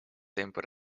темпы